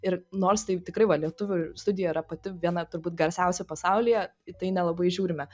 ir nors tai tikrai va lietuvių studija yra pati viena turbūt garsiausia pasaulyje į tai nelabai žiūrime